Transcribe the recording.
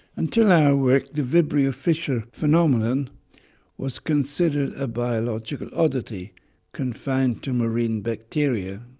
until our work, the vibrio fischeri phenomenon was considered a biological oddity confined to marine bacteria.